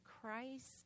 Christ